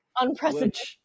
unprecedented